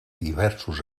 diversos